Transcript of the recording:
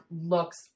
looks